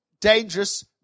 dangerous